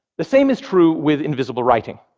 the same is true with invisible writing.